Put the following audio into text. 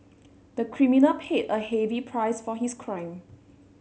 the criminal paid a heavy price for his crime